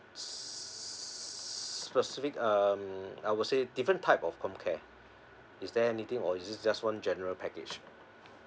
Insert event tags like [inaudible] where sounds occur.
[noise] specific um I would say different type of comcare is there anything or is just one general package